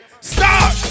Stop